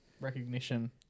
Recognition